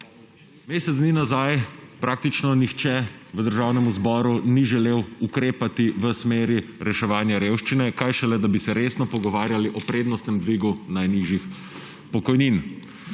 Mesec dni nazaj praktično nihče v Državnem zboru ni želel ukrepati v smeri reševanja revščine, kaj šele da bi se resno pogovarjali o prednostnem dvigu najnižjih pokojnin.